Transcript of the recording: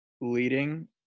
leading